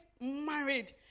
married